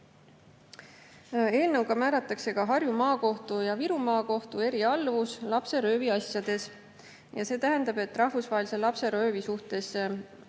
Eelnõuga määratakse ka Harju Maakohtu ja Viru Maakohtu erialluvus lapserööviasjades. See tähendab, et rahvusvahelise lapseröövi suhtes